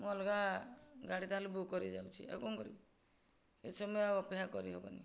ମୁଁ ଅଲଗା ଗାଡ଼ି ତାହେଲେ ବୁକ କରିବି ଯାଉଛି ଆଉ କ'ଣ କରିବି ଏତେ ସମୟ ଆଉ ଅପେକ୍ଷା କରି ହେବନି